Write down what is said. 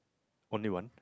only one